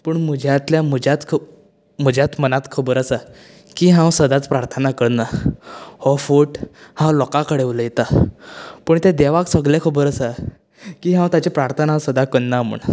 पूण म्हज्यातल्या म्हज्याक म्हज्याच मनाक खबर आसा की हांव सदांच प्रार्थना करना हो फट हांव लोकां कडेन उलयतां पूण तें देवाक सगलें खबर आसा की हांव तेजी प्रार्थना सदां करना म्हण